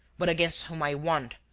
but against whom i want,